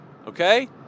Okay